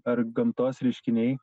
ar gamtos reiškiniai